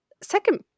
second